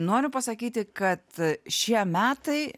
noriu pasakyti kad šie metai